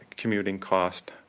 commuting costs,